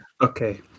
okay